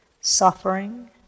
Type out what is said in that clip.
suffering